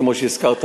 כמו שהזכרת,